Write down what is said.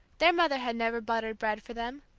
their mother had never buttered bread for them,